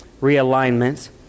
Realignment